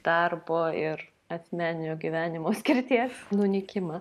darbo ir asmeninio gyvenimo skirties nunykimą